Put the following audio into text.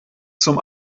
zum